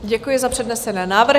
Děkuji za přednesené návrhy.